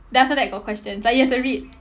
then after that got questions like you have to read